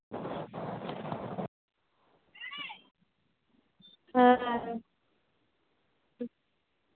ᱦᱮᱸ